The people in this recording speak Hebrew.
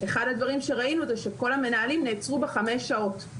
אחד הדברים שראינו זה שכל המנהלים נעצרו בחמש שעות.